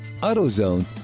AutoZone